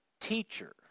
teacher